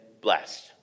blessed